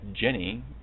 Jenny